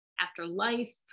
afterlife